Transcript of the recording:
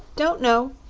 don't know,